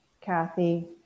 Kathy